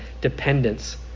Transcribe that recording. dependence